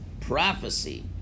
prophecy